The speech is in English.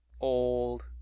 old